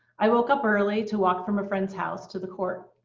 i woke up early to walk from a friend's house to the court.